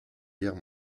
guerre